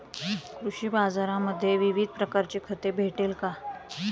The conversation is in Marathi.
कृषी बाजारांमध्ये विविध प्रकारची खते भेटेल का?